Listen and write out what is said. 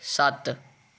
ਸੱਤ